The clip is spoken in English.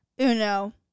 Uno